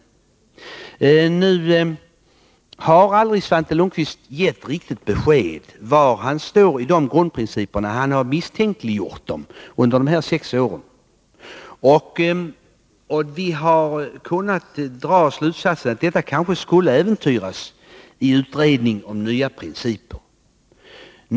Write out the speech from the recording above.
Svante Lundkvist har aldrig givit riktigt besked om var han står i fråga om dessa grundprinciper. Han har misstänkliggjort dem under de sex åren i opposition, och vi har dragit slutsatsen att dessa grundprinciper skulle äventyras i en ny utredning.